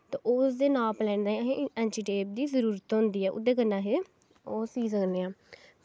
ते उस टाईम ऐंची टेप दी जरूरत होंदी ऐ उस कन्नै अस ओह् सी सकदे